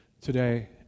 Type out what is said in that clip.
today